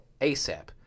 asap